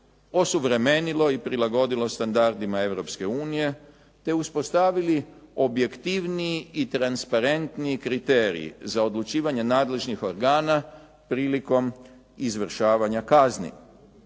osuvremenilo i prilagodilo standardima Europske unije te uspostavili objektivniji i transparentniji kriteriji za odlučivanje nadležnih organa prilikom izvršavanja kazni.